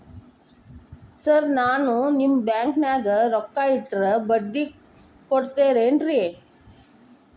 Sir ನಾನು ನಿಮ್ಮ ಬ್ಯಾಂಕನಾಗ ರೊಕ್ಕ ಇಟ್ಟರ ಬಡ್ಡಿ ಕೊಡತೇರೇನ್ರಿ?